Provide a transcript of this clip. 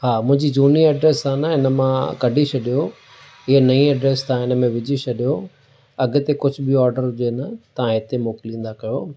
हा मुंहिंजी झूनी एड्रेस आहे न हिन मां कढी छॾियो इहा नईं एड्रेस तव्हां हिन में विझी छॾियो अॻिते कुझु बि ऑडर हुजे न तव्हां हिते मोकिलिंदा कयो